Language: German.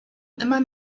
immer